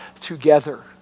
together